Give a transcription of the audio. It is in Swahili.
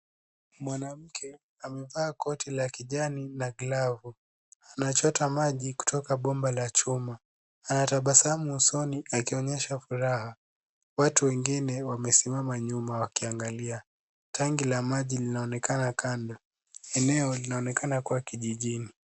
Mwanamke amevaa koti la kijani na glavu. Anachota maji kutoka bomba la chuma. Anatabasamu usoni akionyesha furaha. Watu wengine wamesimama nyuma wakiangalia. Tanki la maji linaonekana kando. Eneo linaonekana kuwa kijijini.